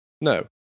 No